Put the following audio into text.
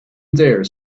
dare